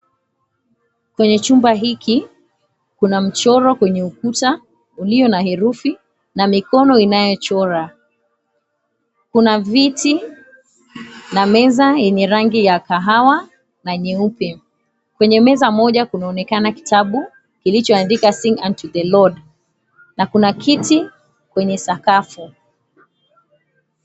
Kwenye chumba hiki kuna mchoro kwenye ukuta ulio na herufi, na mikono inayochora. Kuna viti na meza yenye rangi ya kahawa na nyeupe. Kwenye meza moja kunaonekana kitabu kilichoandika "Sing unto the Lord", na kuna kiti kwenye sakafu.